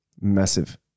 Massive